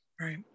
Right